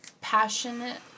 passionate